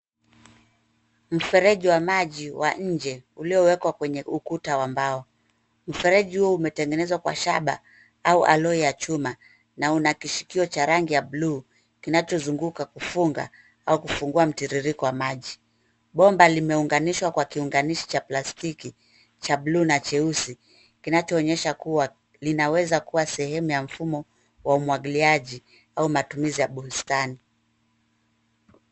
Mfereji wa maji wa nje uliowekwa kwenye ukuta wa mbao. Mfereji huo umetengenezwa kwa shaba au alloy ya chuma na una kishikio cha rangi ya blue kinachozunguka kufunga au kufungua mtiririko wa maji. Bomba limeunganishwa kwa kiunganishi cha plastiki cha blue na cheusi kinachoonyesha kuwa linaweza kuwa sehemu ya mfumo wa umwagiliaji au matumizi ya bustani.